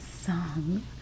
song